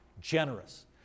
generous